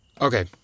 Okay